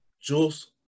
Jules